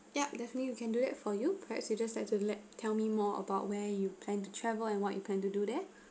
yup definitely you can do it for you perhaps you just like to let tell me more about where you plan to travel and what you plan to do there